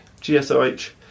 G-S-O-H